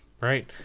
Right